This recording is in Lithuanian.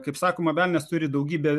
kaip sakoma velnias turi daugybę